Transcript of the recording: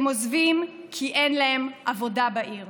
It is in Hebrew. הם עוזבים כי אין להם עבודה בעיר.